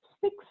six